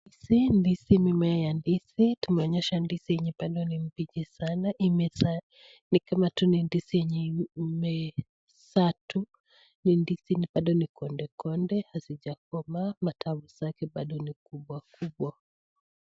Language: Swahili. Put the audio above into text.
Hizi ni mimea za ndizi. Tumeonyeshwa ndizi yenye bado ni mbichi sana imezaa ni kama tu ni ndizi yenye imezaa tu. Hii ndizi bado ni konde konde, hazijakomaa. Matawi zake bado ni kubwa kubwa.